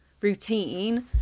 routine